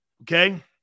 Okay